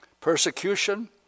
Persecution